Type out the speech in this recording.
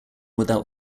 without